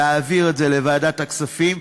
להעביר את זה לוועדת הכספים,